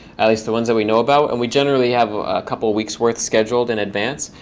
at least the ones that we know about, and we generally have a couple weeks' worth scheduled in advance.